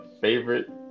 favorite